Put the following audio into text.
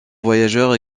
voyageurs